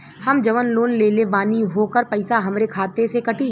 हम जवन लोन लेले बानी होकर पैसा हमरे खाते से कटी?